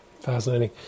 Fascinating